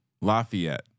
Lafayette